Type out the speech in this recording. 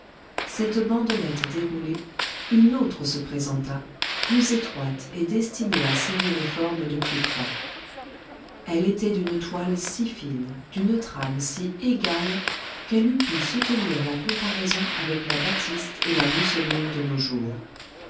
cette bandelette déroulée une autre se présenta plus étroite et destinée à serrer les formes de plus près elle était d'une toile si fine d'une trame si égale qu'elle eût pu soutenir la comparaison avec la batiste et la mousseline de nos jours